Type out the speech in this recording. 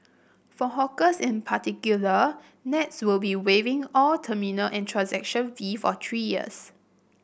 for hawkers in particular Nets will be waiving all terminal and transaction fee for three years